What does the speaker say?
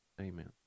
amen